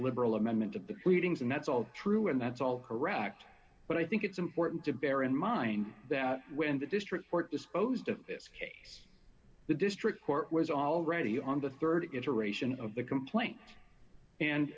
liberal amendment of the feedings and that's all true and that's all correct but i think it's important to bear in mind that when the district court disposed of this case the district court was already on the rd iteration of the complaint and